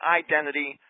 identity